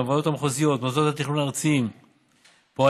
הוועדות המחוזיות ומוסדות התכנון הארציים פועלים